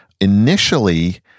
Initially